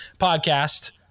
podcast